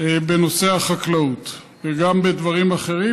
בנושא החקלאות וגם בדברים אחרים,